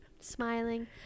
smiling